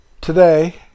Today